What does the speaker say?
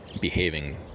behaving